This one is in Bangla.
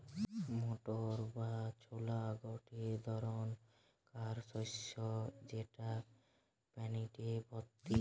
মোটর বা ছোলা গটে ধরণকার শস্য যেটা প্রটিনে ভর্তি